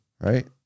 right